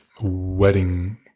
wedding